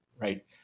right